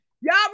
Y'all